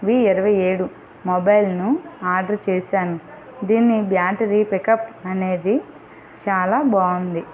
వి ఇరవై ఏడు మొబైల్ను ఆర్డర్ చేశాను దీని బ్యాటరీ పికప్ అనేది చాలా బాగుంది